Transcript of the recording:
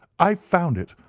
i've found it!